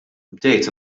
bdejt